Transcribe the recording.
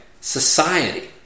society